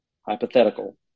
hypothetical